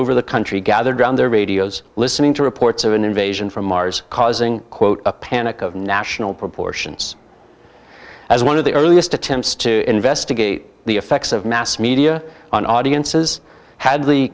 over the country gathered around their radios listening to reports of an invasion from mars causing quote a panic of national proportions as one of the earliest attempts to investigate the effects of mass media on audiences hadle